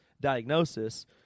diagnosis